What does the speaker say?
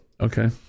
Okay